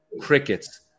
crickets